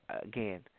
again